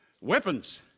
Weapons